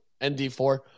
ND4